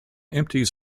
empties